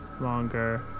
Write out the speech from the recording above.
longer